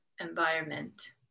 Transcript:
environment